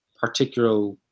particular